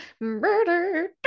Murder